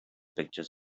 pictures